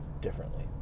differently